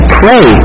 pray